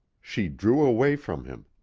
she drew away from him.